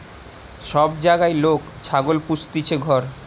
সব জাগায় লোক ছাগল পুস্তিছে ঘর